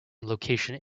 location